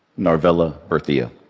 narvella berthia.